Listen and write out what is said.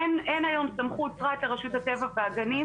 אין היום סמכות, רק לרשות הטבע והגנים.